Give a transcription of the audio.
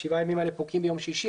וה-7 ימים האלה פוקעים ביום שישי.